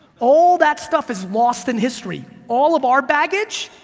all that stuff is lost in history. all of our baggage,